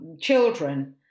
children